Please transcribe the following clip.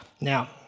Now